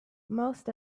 most